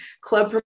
club